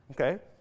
Okay